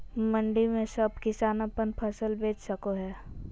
मंडी में सब किसान अपन फसल बेच सको है?